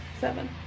seven